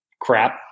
crap